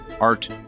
art